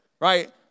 right